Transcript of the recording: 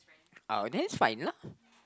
oh then it's fine lah